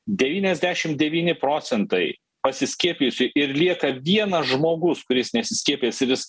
devyniasdešim devyni pasiskiepijusių ir lieka vienas žmogus kuris nesiskiepijęs ir jis